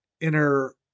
inner